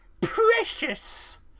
precious